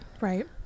Right